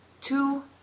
two